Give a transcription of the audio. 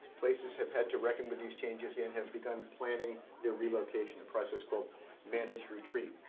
places have had to reckon with these changes and have begun planning their relocation. a process called managed retreat.